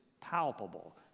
palpable